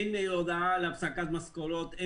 אין הודעה על הפסקת משכורת,